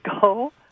go